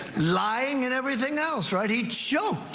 lying in everything else right each show.